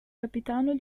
capitano